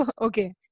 okay